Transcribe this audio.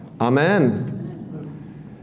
Amen